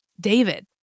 David